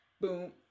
Boom